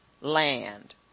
land